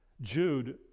Jude